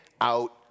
out